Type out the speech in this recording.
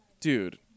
Dude